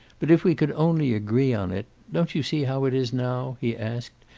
but if we could only agree on it don't you see how it is now? he asked,